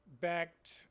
backed